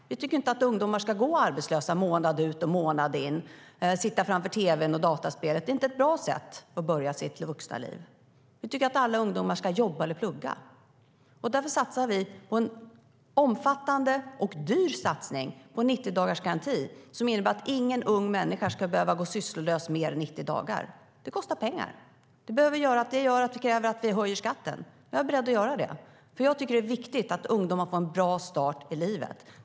Vi tycker inte att ungdomar ska gå arbetslösa månad ut och månad in och sitta framför tv:n och dataspelet. Det är inte ett bra sätt att börja sitt vuxna liv. Vi tycker att alla ungdomar ska jobba eller plugga, och därför gör vi en omfattande och dyr satsning i form av 90-dagarsgarantin. Den innebär att ingen ung människa ska behöva gå sysslolös i mer än 90 dagar. Det kostar pengar, och det kräver att vi höjer skatten. Jag är beredd att göra det, för jag tycker att det är viktigt att ungdomar får en bra start i livet.